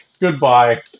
Goodbye